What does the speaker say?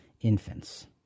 infants